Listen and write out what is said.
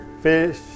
fish